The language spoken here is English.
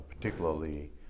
particularly